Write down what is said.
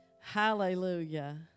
Hallelujah